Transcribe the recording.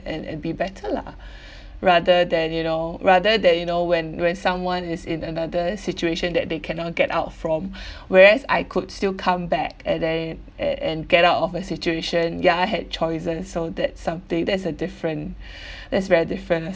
and and be better lah rather than you know rather than you know when when someone is in another situation that they cannot get out from whereas I could still come back and then and and get out of the situation ya I had choices so that something that's a different that's very different